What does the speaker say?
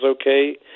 okay